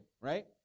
right